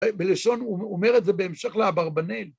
בלשון... הוא אומר את זה בהמשך לאברבנל...